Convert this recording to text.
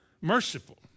Merciful